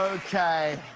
okay.